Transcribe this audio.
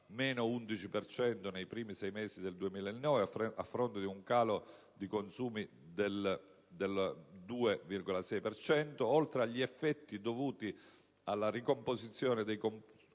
cento nei primi sei mesi del 2009 a fronte di un calo di consumi del 46 per cento), oltre agli effetti dovuti alla ricomposizione dei consumi